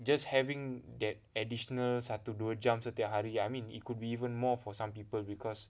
just having that additional satu dua jam setiap hari I mean it could be even more for some people because